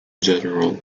general